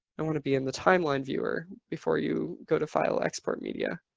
i want to be in the timeline viewer before you go to file, export media.